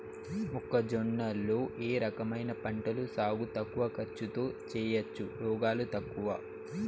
మొక్కజొన్న లో ఏ రకమైన పంటల సాగు తక్కువ ఖర్చుతో చేయచ్చు, రోగాలు తక్కువ?